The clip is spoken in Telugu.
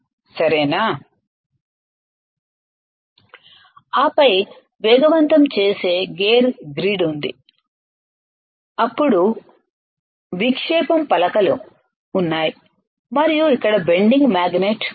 సరేనా ఆపై వేగవంతం చేసే గేర్ గ్రిడ్ ఉంది అప్పుడు విక్షేపం పలకలు ఉన్నాయి మరియు ఇక్కడ బెండింగ్ మాగ్నెట్ ఉంది